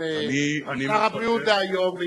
ואת הדברים האלה אפשר לעשות, אם